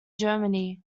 germany